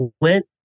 went